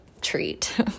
treat